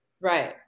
right